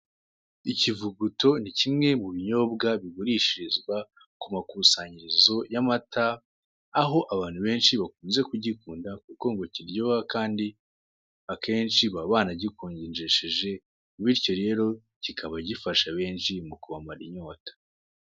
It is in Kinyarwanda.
Ikivuguto ni kimwe mu binyobwa bigurishirizwa ku makusanyirizo y'amata aho abantu benshi bakunze kugikunda kuko ngo kiryoha kandi akenshi baba banagikonjesheje, bityo rero kikaba gifasha benshi mu kubamara inyota.